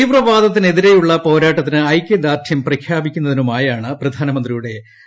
തീവ്രവാദത്തിനെതിരെയുള്ള പോരാട്ടത്തിന് ഐക്യദാർഢ്യം പ്രഖ്യാപിക്കുന്നതിനുമായാണ് പ്പ്ധാൻമന്ത്രിയുടെ ലങ്കൻ സന്ദർശനം